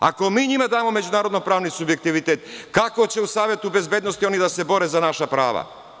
Ako mi njima damo međunarodno-pravni subjektivitet, kako će u Savetu bezbednosti oni da se bore za naša prava?